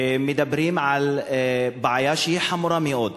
ומדברים על בעיה שהיא חמורה מאוד.